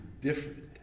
different